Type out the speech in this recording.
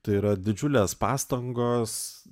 tai yra didžiulės pastangos